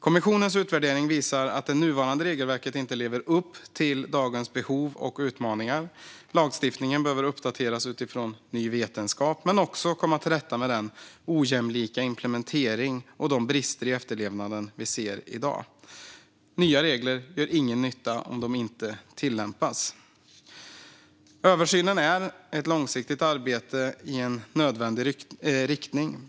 Kommissionens utvärdering visar att det nuvarande regelverket inte lever upp till dagens behov och utmaningar. Lagstiftningen behöver uppdateras utifrån ny vetenskap, och man behöver komma till rätta med den ojämlika implementeringen och de brister i efterlevnaden vi ser i dag. Nya regler gör ingen nytta om de inte tillämpas. Översynen är ett långsiktigt arbete i en nödvändig riktning.